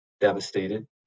devastated